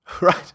right